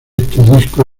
disco